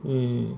mm